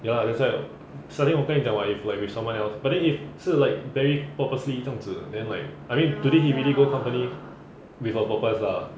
ya that's why suddenly 我跟你讲 what if with someone else but then if 是 like barry purposely 这样子 then like I mean today he really go company with a purpose lah